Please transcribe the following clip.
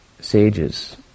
sages